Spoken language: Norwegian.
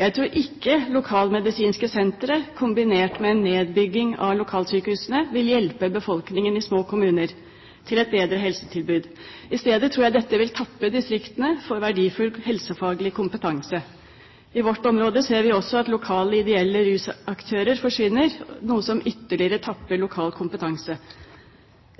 Jeg tror ikke lokalmedisinske sentre kombinert med nedbygging av lokalsykehusene vil hjelpe befolkningen i små kommuner til et bedre helsetilbud. I stedet tror jeg dette vil tappe distriktene for verdifull helsefaglig kompetanse. I vårt område ser vi også at lokale ideelle rusaktører forsvinner, noe som ytterligere tapper lokal kompetanse.